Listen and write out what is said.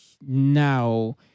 now